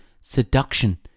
Seduction